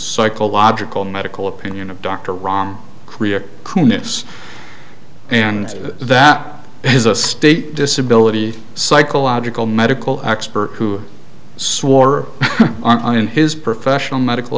psychological medical opinion of dr rom korea coonass and that is a state disability psychological medical expert who swore on his professional medical